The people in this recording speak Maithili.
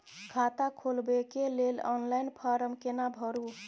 खाता खोलबेके लेल ऑनलाइन फारम केना भरु?